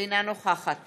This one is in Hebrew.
אינה נוכחת